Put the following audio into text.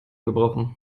gebrochen